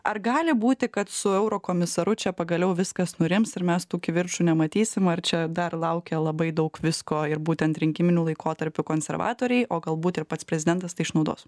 ar gali būti kad su eurokomisaru čia pagaliau viskas nurims ir mes tų kivirčų nematysim ar čia dar laukia labai daug visko ir būtent rinkiminiu laikotarpiu konservatoriai o galbūt ir pats prezidentas tai išnaudos